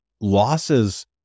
losses